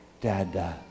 Dada